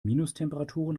minustemperaturen